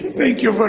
thank you for